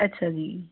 ਅੱਛਾ ਜੀ